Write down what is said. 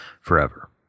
forever